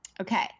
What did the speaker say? Okay